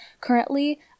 currently